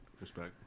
Respect